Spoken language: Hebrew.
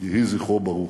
יהי זכרו ברוך.